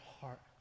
heart